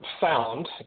found